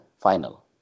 final